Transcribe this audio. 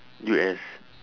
U_S